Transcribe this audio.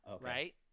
right